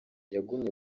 yagumye